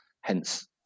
Hence